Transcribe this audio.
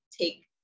take